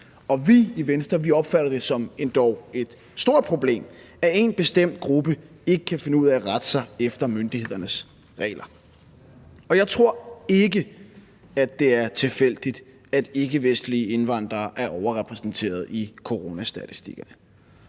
vi i Venstre opfatter det som et endog stort problem, at en bestemt gruppe ikke kan finde ud af at rette sig efter myndighedernes regler, og jeg tror ikke, det er tilfældigt, at ikkevestlige indvandrere er overrepræsenteret i coronastatistikkerne.